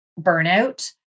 burnout